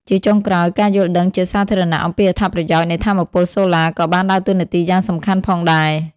ជាចុងក្រោយ ការយល់ដឹងជាសាធារណៈ អំពីអត្ថប្រយោជន៍នៃថាមពលសូឡាក៏បានដើរតួនាទីយ៉ាងសំខាន់ផងដែរ។